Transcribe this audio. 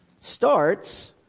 starts